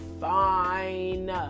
fine